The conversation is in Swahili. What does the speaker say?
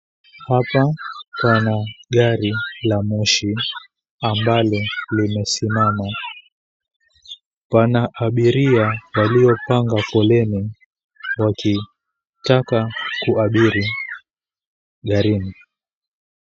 Hapa pana gari la moshi, ambalo limesimama. Pana abiria, waliopanga foleni wakitaka kuabiri garini.